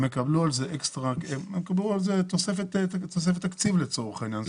הם יקבלו על זה תוספת תקציב לצורך העניין.